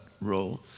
role